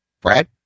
Brad